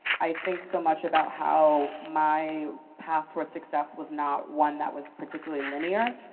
i think so much about how my path towards success was not one that was particularly linear.